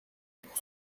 pour